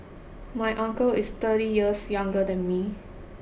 my uncle is thirty years younger than me